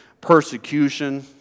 persecution